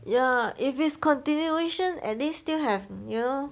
ya if it's continuation at least still have you know